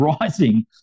rising